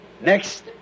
next